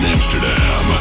Amsterdam